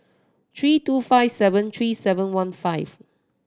three two five seven three seven one five